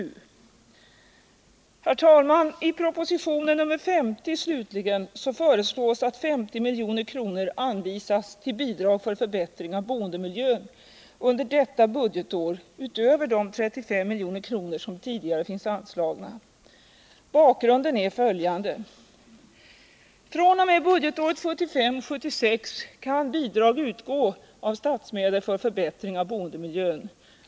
Herr talman! I propositionen 50 slutligen föreslås att 50 milj.kr. anvisas till bidrag för förbättring av boendemiljön under detta budgetår utöver de 35 milj.kr. som tidigare finns anslagna. Bakgrunden är följande. fr.o.m. budgetåret 1975/76 kan bidrag utgå av statsmedel för förbättring av boendemiljön.